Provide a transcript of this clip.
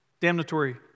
damnatory